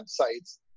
websites